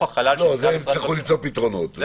החלל --- לזה יצטרכו למצוא פתרונות.